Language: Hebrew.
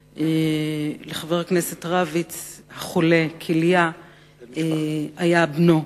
לחבר הכנסת רביץ החולה כליה היה בנו,